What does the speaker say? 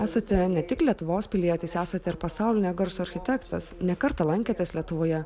esate ne tik lietuvos pilietis esate ir pasaulinio garso architektas ne kartą lankėtės lietuvoje